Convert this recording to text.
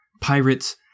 pirates